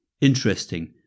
interesting